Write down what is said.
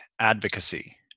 advocacy